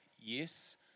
Yes